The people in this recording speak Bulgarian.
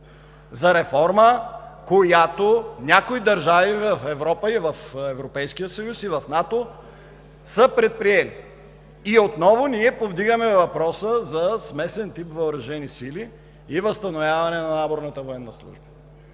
за реформа, която някои държави в Европа, в Европейския съюз и в НАТО, са предприели. И отново ние повдигаме въпроса за смесен тип въоръжени сили и възстановяване на наборната военна служба.